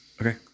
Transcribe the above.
Okay